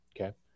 Okay